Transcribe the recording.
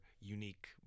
unique